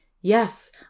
Yes